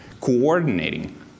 coordinating